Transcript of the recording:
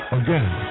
again